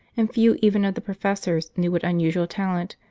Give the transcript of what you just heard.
and few even of the professors knew what unusual talent,